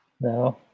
No